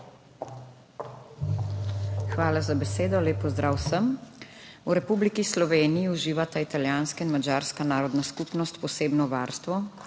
Hvala za besedo. Lep pozdrav vsem! V Republiki Sloveniji uživata italijanska in madžarska narodna skupnost posebno varstvo,